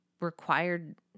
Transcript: required